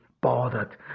bothered